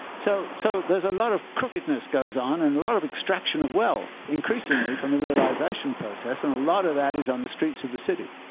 so so there's a lot of crookedness goes on and a lot of extraction of wealth, increasingly, from the realization process. and a lot of that is on the streets of the city.